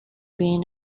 being